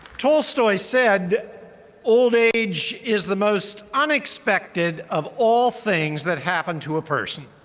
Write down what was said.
tolstoy said old age is the most unexpected of all things that happen to a person.